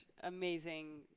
amazing